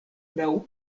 laŭ